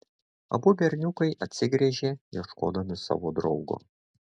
abu berniukai atsigręžė ieškodami savo draugo